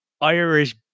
Irish